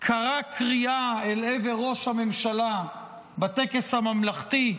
קרא קריאה אל עבר ראש הממשלה בטקס הממלכתי,